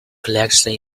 collection